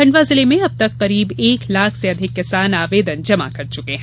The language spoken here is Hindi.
खंडवा जिले में अब तक करीब एक लाख से अधिक किसान आवेदन जमा कर चुके हैं